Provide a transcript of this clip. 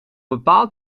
bepaald